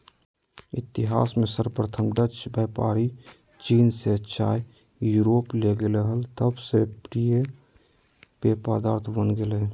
इतिहास में सर्वप्रथम डचव्यापारीचीन से चाययूरोपले गेले हल तब से प्रिय पेय पदार्थ बन गेलय